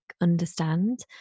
understand